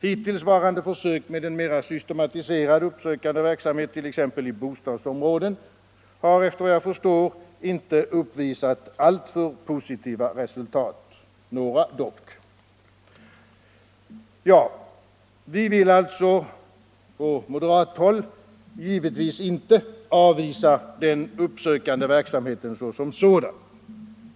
Hittillsvarande försök med en mera systematiserad uppsökande verksamhet t.ex. i bostadsområden har icke uppvisat alltför positiva resultat — några dock. Å andra sidan vill vi givetvis inte på moderat håll avvisa den uppsökande verksamheten såsom sådan.